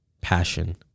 passion